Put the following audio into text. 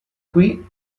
qui